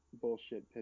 bullshit